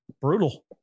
brutal